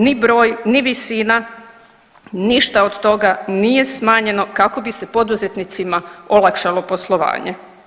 Ni broj, ni visina, ništa od toga nije smanjeno kako bi se poduzetnicima olakšalo poslovanje.